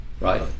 right